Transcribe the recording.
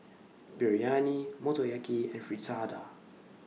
Biryani Motoyaki and Fritada